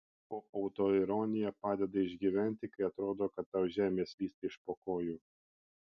o autoironija padeda išgyventi kai atrodo kad tau žemė slysta iš po kojų